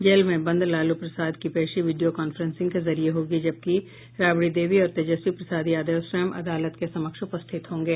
jail में बंद लालू प्रसाद की पेशी वीडियो कांफ्रेंसिंग के जरिये होगी जबकि राबड़ी देवी और तेजस्वी प्रसाद यादव स्वयं अदालत के समक्ष उपस्थित होंगे